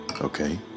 okay